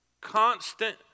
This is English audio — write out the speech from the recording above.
Constant